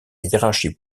hiérarchie